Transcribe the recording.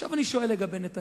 עכשיו, אני שואל לגבי נתניהו.